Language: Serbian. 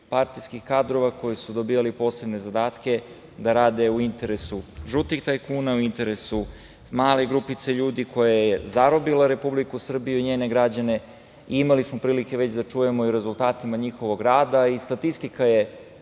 partijskih kadrova, koji su dobijali posebne zadatke da rade u interesu žutih tajkuna, u interesu malih grupica ljudi koje je zarobila Republiku Srbiju i njene građane. Imali smo prilike već da čujemo i o rezultatima njihovog rada i statistika je